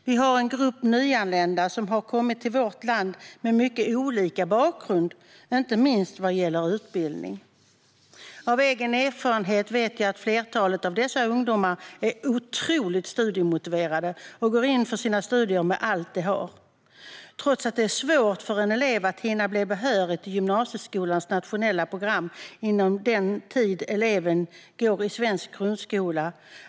Vi har en grupp nyanlända som har kommit till vårt land med mycket olika bakgrund, inte minst vad gäller utbildning. Av egen erfarenhet vet jag att flertalet av dessa ungdomar är otroligt studiemotiverade och går in för sina studier med allt de har, men trots det är det svårt för en elev att hinna bli behörig till gymnasieskolans nationella program inom den tid eleven går i svensk grundskola.